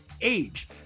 age